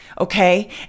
Okay